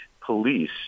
police